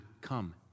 come